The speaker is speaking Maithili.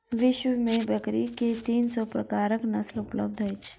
विश्व में बकरी के तीन सौ प्रकारक नस्ल उपलब्ध अछि